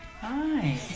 Hi